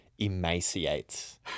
emaciates